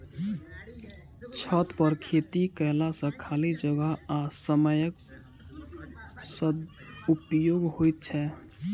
छतपर खेती कयला सॅ खाली जगह आ समयक सदुपयोग होइत छै